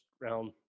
round